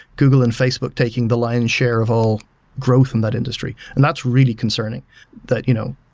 google and facebook taking the lion's share of all growth in that industry, and that's really concerning that you know